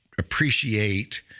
appreciate